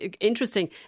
interesting